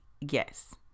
Yes